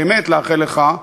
באמת לאחל לך,